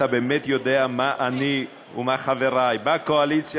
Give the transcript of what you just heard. אתה באמת יודע מה אני ומה חבריי בקואליציה